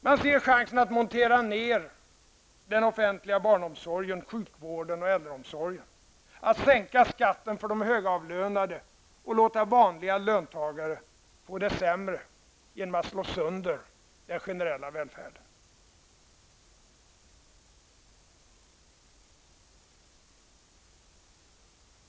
Man ser en chans att montera ner den offentliga barnomsorgen, sjukvården och äldreomsorgen, att sänka skatten för de högavlönade och låta vanliga löntagare få det sämre genom att slå sönder den generella välfärden.